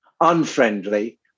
unfriendly